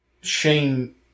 Shane